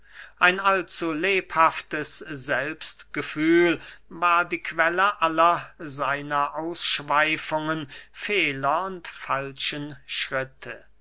ein allzu lebhaftes selbstgefühl war die quelle aller seiner ausschweifungen fehler und falschen schritte